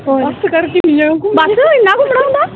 बस कर किन्नी जगह् घुमना बस इन्ना घूमना होंदा